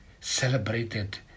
celebrated